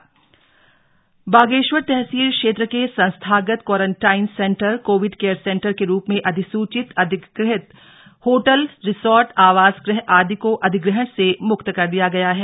अधिग्रहण मक्त बागेश्वर तहसील क्षेत्र के संस्थागत quarantine centre Covid care centre के रूप में अधिस्चित अधिकृत होटल रिसोर्ट आवास गृह आदि को अधिग्रहण से म्क्त कर दिया गया है